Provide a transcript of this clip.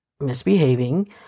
misbehaving